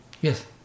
Yes